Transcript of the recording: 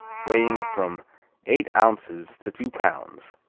weighing from eight ounces to two pounds,